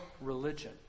religion